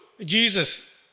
Jesus